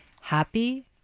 Happy